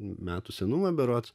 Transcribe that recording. metų senumo berods